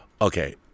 Okay